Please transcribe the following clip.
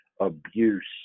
abuse